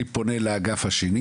אני פונה לאגף השני